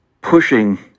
pushing